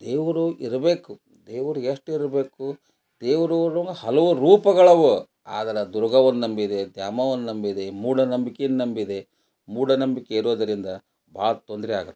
ದೇವರು ಇರಬೇಕು ದೇವ್ರು ಎಷ್ಟು ಇರಬೇಕು ದೇವ್ರ ಹಲವು ರೂಪಗಳು ಅವು ಆದ್ರೆ ದುರ್ಗವ್ವನ ನಂಬಿದೆ ದ್ಯಾವಮ್ಮನ ನಂಬಿದೆ ಮೂಢನಂಬಿಕೆನ ನಂಬಿದೆ ಮೂಢನಂಬಿಕೆ ಇರೋದರಿಂದ ಭಾಳ ತೊಂದರೆ ಆಗತ್ತೆ